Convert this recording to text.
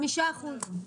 חמישה אחוזים.